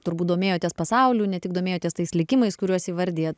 turbūt domėjotės pasauliu ne tik domėjotės tais likimais kuriuos įvardijat